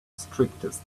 strictest